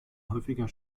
häufiger